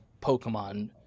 Pokemon